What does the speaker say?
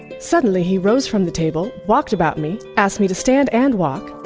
suddenly he rose from the table, walked about me, asked me to stand and walk.